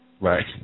Right